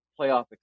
playoff